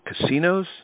casinos